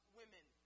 women